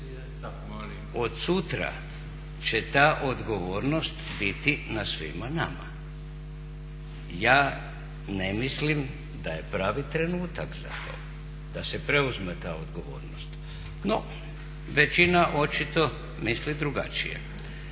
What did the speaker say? Od sutra će ta odgovornost biti na svima nama. Ja ne mislim da je pravi trenutak za to da se preuzme ta odgovornost, no većina očito misli drugačije.